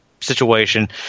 situation